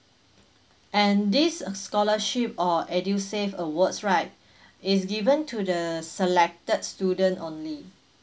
and this uh scholarship or edusave awards right is given to the selected student only